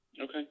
Okay